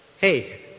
hey